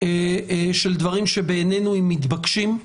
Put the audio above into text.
של דברים שבעינינו הם מתבקשים.